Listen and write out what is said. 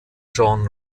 john